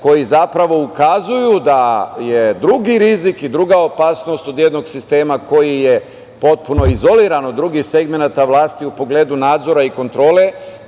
koji zapravo ukazuju da je drugi rizik i druga opasnost od jednog sistema koji je potpuno izoliran od drugih segmenata vlasti u pogledu nadzora i kontrole. Dakle,